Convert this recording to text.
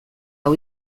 hau